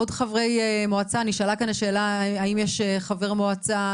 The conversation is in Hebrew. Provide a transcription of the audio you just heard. יש כל כך הרבה הסדרים.